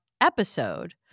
episode